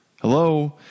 Hello